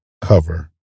cover